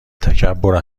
تکبر